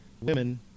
women